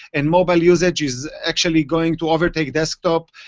and mobile usage is actually going to overtake desktop.